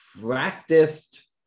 practiced